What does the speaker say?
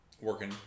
working